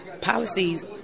policies